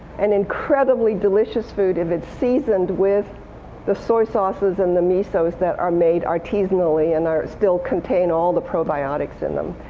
and incredibly delicious food if it's seasoned with the soy sauces and the misos that are made artisanally and still contain all the probiotics in them.